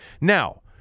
Now